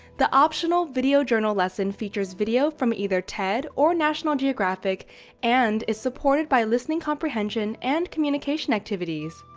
the optional video journal lesson features video from either ted or national geographic and is supported by listening comprehension and communication activities.